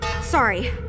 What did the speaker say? sorry